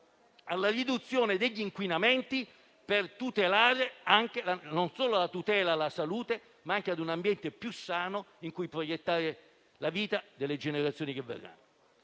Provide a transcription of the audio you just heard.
la riduzione degli inquinamenti, non solo per tutelare la salute, ma anche per garantire un ambiente più sano in cui proiettare la vita delle generazioni che verranno.